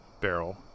Barrel